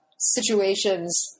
situations